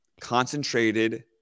concentrated